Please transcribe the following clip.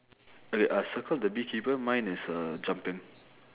okay uh circle the bee keeper mine is uh jumping